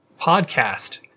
podcast